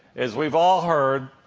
as we've all heard,